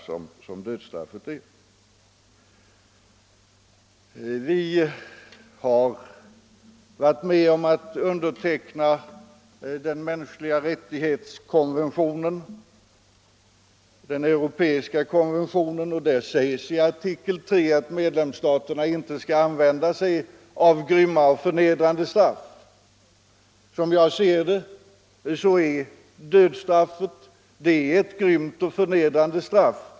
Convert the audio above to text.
Vårt land har varit med om att underteckna den europeiska konventionen om de mänskliga rättigheterna. I artikel 3 sägs att medlemsstaterna inte skall använda grymma och förnedrande straff. Som jag ser det är dödsstraffet ett grymt och förnedrande straff.